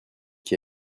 qui